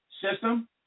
System